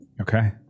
Okay